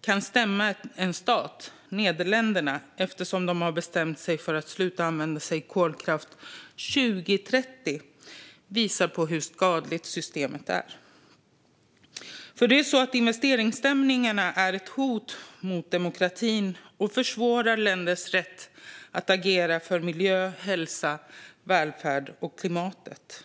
kan stämma en stat, Nederländerna, för att denna bestämt sig för att sluta använda kolkraft 2030 visar hur skadligt systemet är. Investeringsstämningarna är ett hot mot demokratin och försvårar länders rätt att agera för miljön, hälsan, välfärden och klimatet.